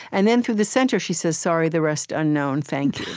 and then, through the center, she says sorry, the rest unknown. thank